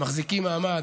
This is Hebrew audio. מחזיקים מעמד,